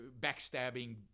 backstabbing